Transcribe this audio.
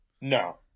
No